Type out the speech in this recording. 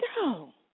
go